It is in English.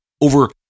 over